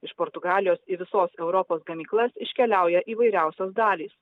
iš portugalijos į visos europos gamyklas iškeliauja įvairiausios dalys